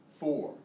four